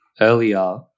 earlier